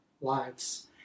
lives